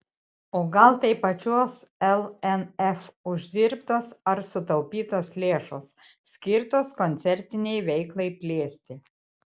o gal tai pačios lnf uždirbtos ar sutaupytos lėšos skirtos koncertinei veiklai plėsti